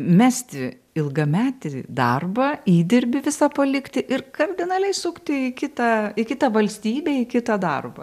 mesti ilgametį darbą įdirbį visą palikti ir kardinaliai sukti į kitą į kitą valstybę į kitą darbą